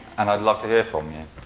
and i'd love to hear from you.